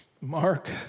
Mark